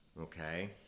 okay